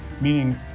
meaning